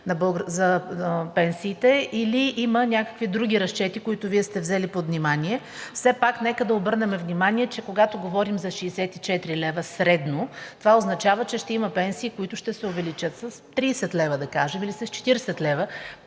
за пенсиите, или има някакви други разчети, които Вие сте взели под внимание. Все пак нека обърнем внимание, че когато говорим за 64 лв. средно, това означава, че ще има пенсии, които ще се увеличат с 30 лв. или с 40 лв.,